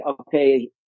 okay